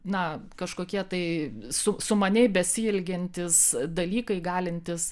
na kažkokie tai su sumaniai besielgiantys dalykai galintys